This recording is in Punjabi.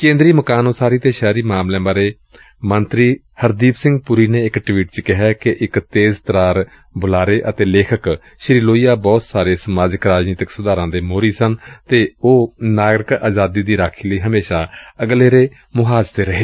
ਕੇਂਦਰੀ ਮਕਾਨ ਉਸਾਰੀ ਅਤੇ ਸ਼ਹਿਰੀ ਮਾਮਲਿਆਂ ਬਾਰੇ ਮੰਤਰੀ ਹਰਦੀਪ ਸਿੰਘ ਪੁਰੀ ਨੇ ਇਕ ਟਵੀਟ ਚ ਕਿਹੈ ਕਿ ਇਕ ਤੇਜ਼ ਤਰਾਰ ਬੁਲਾਰੇ ਅਤੇ ਲੇਖਕ ਸ੍ਰੀ ਲੋਹੀਆ ਬਹੁਤ ਸਾਰੇ ਸਮਾਜਿਕ ਰਾਜਨੀਤਿਕ ਸੁਧਾਰਾਂ ਦੇ ਮੋਹਰੀ ਸਨ ਅਤੇ ਉਹ ਨਾਗਰਿਕ ਆਜ਼ਾਦੀ ਦੀ ਰਾਖੀ ਲਈ ਹਮੇਸ਼ਾ ਅਗਲੇਰੇ ਮੁਹਾਜ਼ ਤੇ ਰਹੇ